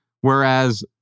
Whereas